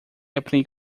aprendi